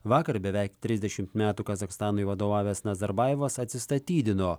vakar beveik trisdešimt metų kazachstanui vadovavęs nazarbajevas atsistatydino